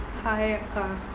hi அக்கா:akka